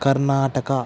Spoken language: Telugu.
కర్ణాటక